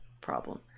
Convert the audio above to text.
problem